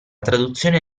traduzione